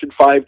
five